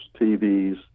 TVs